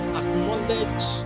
acknowledge